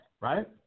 right